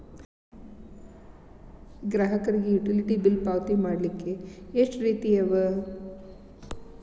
ಗ್ರಾಹಕರಿಗೆ utility bill ಪಾವತಿ ಮಾಡ್ಲಿಕ್ಕೆ ಎಷ್ಟ ರೇತಿ ಅವ?